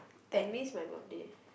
I miss my birthday